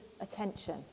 attention